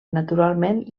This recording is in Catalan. naturalment